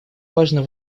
важно